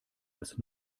als